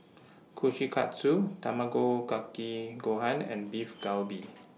Kushikatsu Tamago Kake Gohan and Beef Galbi